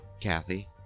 Kathy